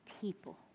people